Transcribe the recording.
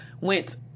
went